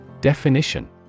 Definition